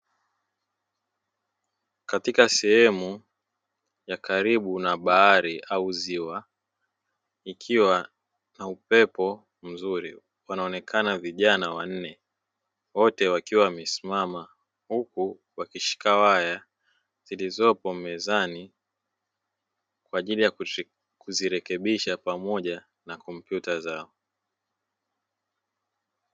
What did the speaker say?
Katika sehemu ya karibu na bahari au ziwa ikiwa na upepo mzuri wanaonekana wanne, wote wanaonekana wamesimama huku wakishika waya zilizopo mezani kwaajili ya kuzirekebisha pamoja na kompyuta zao.